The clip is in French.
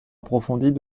approfondies